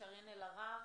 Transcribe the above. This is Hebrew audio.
קארין אלהרר.